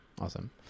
Awesome